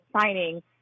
signing